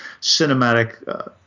cinematic